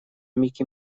микки